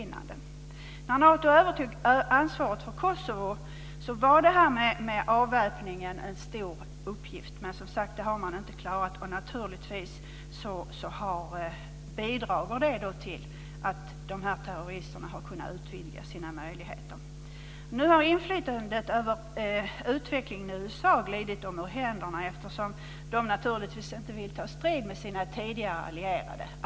När Nato övertog ansvaret för Kosovo var avväpningen en stor uppgift. Det har man inte klarat. Naturligtvis bidrar det till att terroristerna har kunnat utvidga sina möjligheter. Nu har inflytande över utvecklingen glidit USA ur händerna, eftersom de naturligtvis inte vill ta strid med sina tidigare allierade.